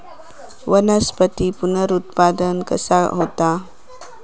वनस्पतीत पुनरुत्पादन कसा होता?